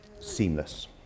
Seamless